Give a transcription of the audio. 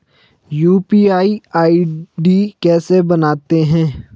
UPI ID कैसे बनाते हैं?